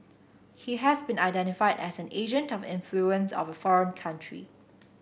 he has been identified as an agent of influence of foreign country